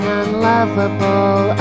unlovable